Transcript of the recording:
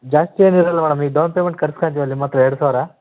ಜಾಸ್ತಿ ಏನೂ ಇರೋಲ್ಲ ಮೇಡಮ್ ಈ ಡೌನ್ ಪೇಮೆಂಟ್ ಕಟ್ಸ್ಕಂತಿವಲ್ಲ ನಿಮ್ಮ ಹತ್ರ ಎರಡು ಸಾವಿರ